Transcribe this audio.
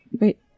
Wait